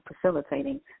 facilitating